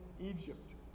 Egypt